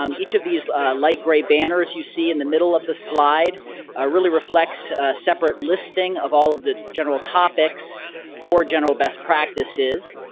um each of these light gray banners you see in the middle of the slide really reflects a separate listing of all of the general topics for general best practices,